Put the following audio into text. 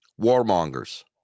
warmongers